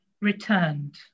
returned